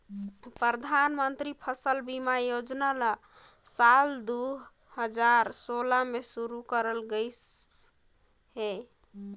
परधानमंतरी फसल बीमा योजना ल साल दू हजार सोला में शुरू करल गये रहीस हे